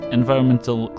environmental